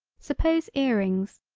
suppose ear rings,